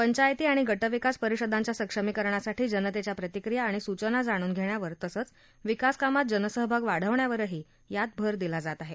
पंचायती आणि गटविकास परिषदांच्या सक्षमीकरणासाठी जनतेच्या प्रतिक्रिया आणि सूचना जाणून घेण्यावर तसंच विकासकामांत जनसहभाग वाढवण्यावरही यात भर दिला जात आहे